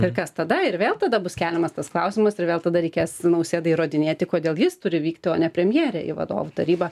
ir kas tada ir vėl tada bus keliamas tas klausimas ir vėl tada reikės nausėdai įrodinėti kodėl jis turi vykti o ne premjerė į vadovų tarybą